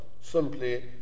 simply